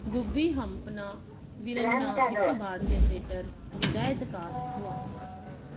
गुब्बी हम्पन्ना वीरन्ना हिकु भारतीय थिएटर हिदायतकारु हुआ